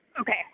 Okay